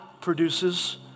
produces